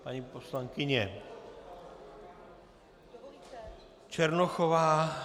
Paní poslankyně Černochová.